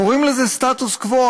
קוראים לזה סטטוס קוו,